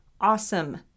awesome